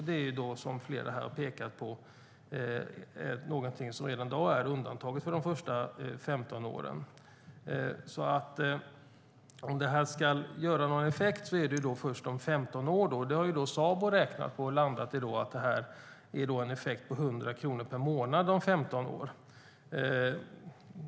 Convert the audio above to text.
Det är, som flera här har pekat på, någonting som redan i dag är undantaget för de första 15 åren. Om det här ska ge någon effekt blir det först om 15 år. Sabo har räknat på det och landat i att det ger en effekt på 100 kronor per månad om 15 år.